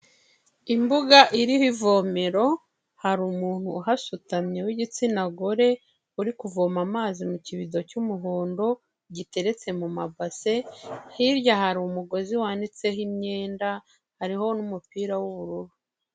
Imbuga iriho ivomero hari umuntu uhasutamye w'igitsina gore, uri kuvoma amazi mu kibedo cy'umuhondo giteretse mu mabase, hirya hari umugozi wanitseho imyenda, hariho n'umupira w'ubururu.